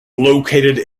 located